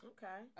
Okay